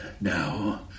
Now